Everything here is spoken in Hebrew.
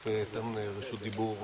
תכף אתן רשות דיבור כללית.